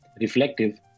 reflective